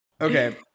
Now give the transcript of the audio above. okay